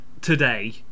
today